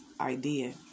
idea